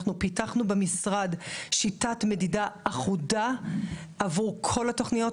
אנחנו פיתחנו במשרד שיטת מידה אחודה עבור כל התוכניות.